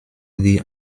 die